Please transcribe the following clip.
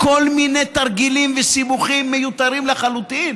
כל מיני תרגילים וסיבוכים מיותרים לחלוטין.